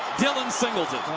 dylan singleton.